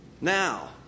Now